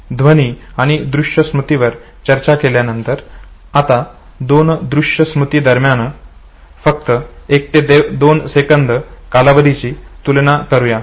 ध्वनी आणि दृश्य स्मृतीवर चर्चा केल्यानंतर आता दोन दृश्य स्मृतीदरम्यान फक्त एक ते दोन सेकंद कालावधीची तुलना करूया